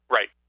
Right